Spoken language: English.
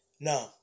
No